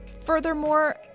Furthermore